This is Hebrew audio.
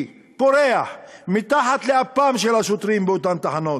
פורח מתחת לאפם של השוטרים באותן תחנות.